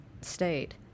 state